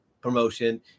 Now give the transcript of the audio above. promotion